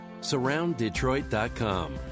Surrounddetroit.com